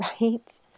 right